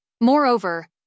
Moreover